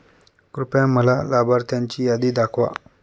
कृपया मला लाभार्थ्यांची यादी दाखवा